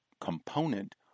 component